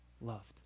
loved